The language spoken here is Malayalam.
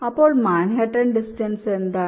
അപ്പോൾ മാൻഹട്ടൻ ഡിസ്റ്റൻസ് എന്താണ്